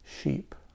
sheep